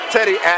Teddy